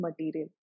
material